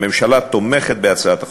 הממשלה תומכת בהצעת החוק.